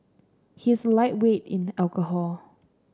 he is a lightweight in alcohol